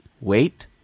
wait